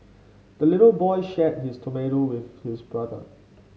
the little boy shared his tomato with his brother